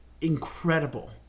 incredible